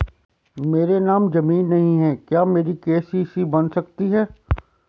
मेरे नाम ज़मीन नहीं है क्या मेरी के.सी.सी बन सकती है?